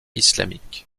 islamique